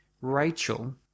Rachel